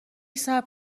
صبر